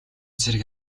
зэрлэг